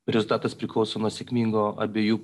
rezultatas priklauso nuo sėkmingo abiejų